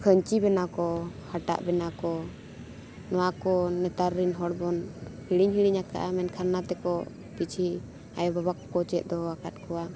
ᱠᱷᱟᱹᱧᱪᱤ ᱵᱮᱱᱟᱣ ᱠᱚ ᱦᱟᱴᱟᱜ ᱵᱮᱱᱟᱣ ᱠᱚ ᱱᱚᱣᱟ ᱠᱚ ᱱᱮᱛᱟᱨ ᱨᱮᱱ ᱦᱚᱲ ᱵᱚᱱ ᱦᱤᱲᱤᱧ ᱦᱤᱲᱤᱧ ᱟᱠᱟᱫᱼᱟ ᱢᱮᱱᱠᱷᱟᱱ ᱚᱱᱟᱛᱮᱠᱚ ᱠᱤᱪᱷᱤ ᱟᱭᱳᱼᱵᱟᱵᱟ ᱠᱚᱠᱚ ᱪᱮᱫ ᱫᱚᱦᱚ ᱟᱠᱟᱫ ᱠᱚᱣᱟ